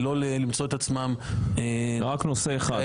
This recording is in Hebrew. ולא למצוא את עצמם --- יש רק נושא אחד,